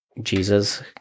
Jesus